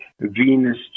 Venus